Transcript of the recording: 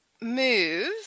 move